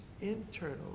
internal